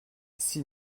six